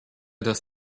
dass